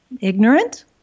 ignorant